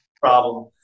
problem